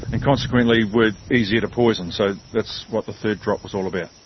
and consequently were easier to poison. so that's what the third drop was all about.